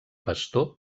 pastor